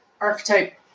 archetype